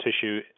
tissue